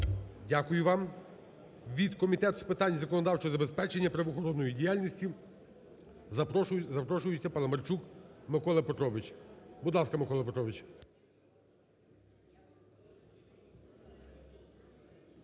Дякую вам. Від Комітет з питань законодавчого забезпечення правоохоронної діяльності запрошується Паламарчук Микола Петрович. Будь ласка, Микола Петрович.